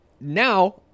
Now